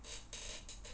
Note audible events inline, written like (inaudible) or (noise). (noise)